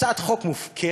הצעת חוק מופקרת,